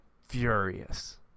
furious